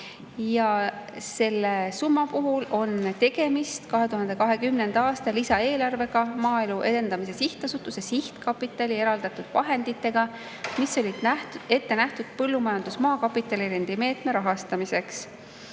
Selle summa puhul on tegemist 2020. aasta lisaeelarvega Maaelu Edendamise Sihtasutuse sihtkapitali eraldatud vahenditega, mis olid ette nähtud põllumajandusmaa kapitalirendi meetme rahastamiseks.